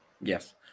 Yes